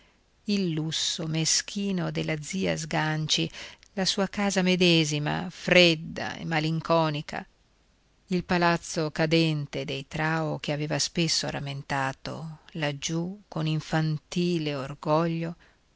il lusso meschino della zia sganci la sua casa medesima fredda e malinconica il palazzo cadente dei trao che aveva spesso rammentato laggiù con infantile orgoglio